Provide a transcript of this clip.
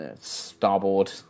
starboard